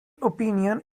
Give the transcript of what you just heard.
opinion